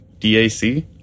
DAC